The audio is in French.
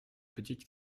petites